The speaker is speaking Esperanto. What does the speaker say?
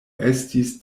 estis